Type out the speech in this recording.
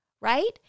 Right